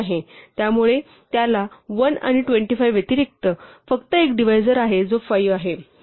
त्यामुळे त्याला 1 आणि 25 व्यतिरिक्त फक्त एक डिव्हायजर आहे जो 5 आहे